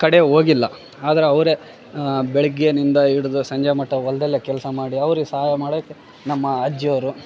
ಕಡೆ ಹೋಗಿಲ್ಲ ಆದ್ರೆ ಅವರೇ ಬೆಳಗ್ಗೆಯಿಂದ ಹಿಡಿದು ಸಂಜೆಮಟ ಹೊಲ್ದಲ್ಲೇ ಕೆಲಸ ಮಾಡಿ ಅವ್ರಿಗೆ ಸಹಾಯ ಮಾಡೋಕೆ ನಮ್ಮ ಅಜ್ಜಿಯವರು